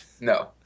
no